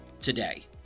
today